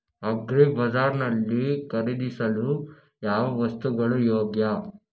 Agri ಬಜಾರ್ ನಲ್ಲಿ ಖರೀದಿಸಲು ಯಾವ ವಸ್ತು ಯೋಗ್ಯ?